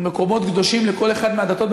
מקומות קדושים לכל אחת מהדתות,